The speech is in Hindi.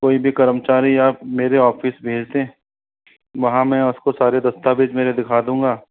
कोई भी कर्मचारी या मेरे ऑफिस भेज दें वहाँ मैं उसको सारे दस्तावेज मेरे दिखा दूँगा